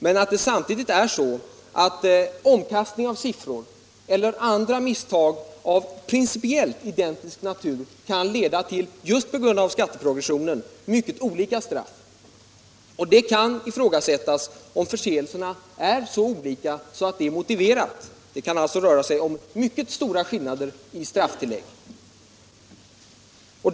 Men samtidigt är det ju så att en omkastning av siffror eller andra misstag av principiellt identisk natur kan leda till — just på grund av skatteprogressionen — mycket olika straff. Det kan då ifrågasättas om förseelserna är så olika att detta är motiverat. Det kan alltså röra sig om mycket stora skillnader i strafftillägg.